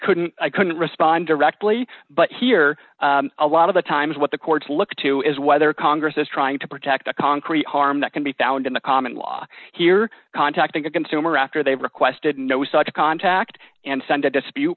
couldn't i couldn't respond directly but here a lot of the times what the courts look to is whether congress is trying to protect a concrete harm that can be found in the common law here contacting the consumer after they've requested no such contact and send a dispute